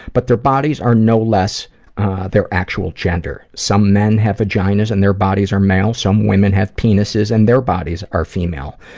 but their bodies are no less their actual gender. some men have vaginas and their bodies are male, some women have penuses and their bodies are female.